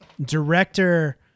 director